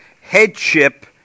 headship